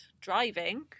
driving